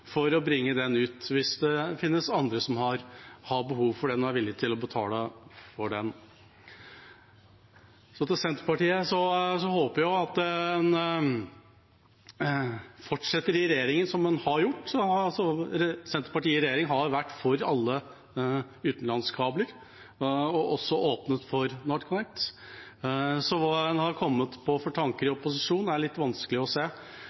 å bringe den ut hvis det finnes andre som har behov for den og er villig til å betale for den. Til Senterpartiet: Jeg håper at en fortsetter i regjering som en har gjort. Senterpartiet i regjering har vært for alle utenlandskabler, og også åpnet for NorthConnect. Så hvilke tanker en har kommet på i opposisjon, er litt vanskelig å se.